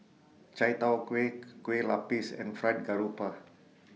Chai Tow Kuay Kueh Lapis and Fried Garoupa